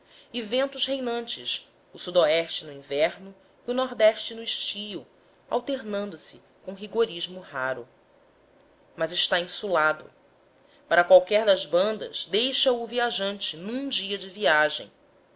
e ventos reinantes o se no inverno e o ne no estio alternando se com rigorismo raro mas está insulado para qualquer das bandas deixa-o o viajante num dia de viagem